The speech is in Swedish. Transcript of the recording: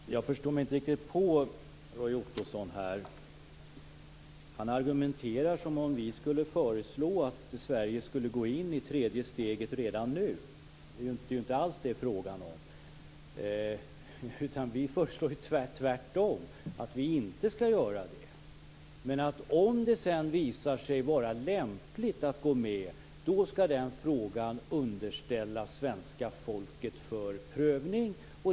Fru talman! Jag förstår mig inte riktigt på Roy Ottosson här. Han argumenterar som om vi hade föreslagit att Sverige skulle gå in i tredje steget redan nu. Det är inte alls det som det är fråga om. Vi föreslår tvärtom att Sverige inte skall göra det. Men om det sedan visar sig vara lämpligt att gå med skall den frågan underställas svenska folket för prövning.